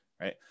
right